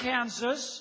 Kansas